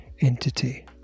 entity